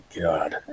god